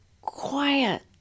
quiet